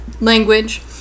language